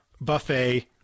buffet